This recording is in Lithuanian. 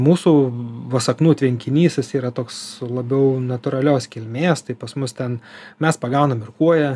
mūsų vasaknų tvenkinys yra toks labiau natūralios kilmės tai pas mus ten mes pagaunam ir kuoją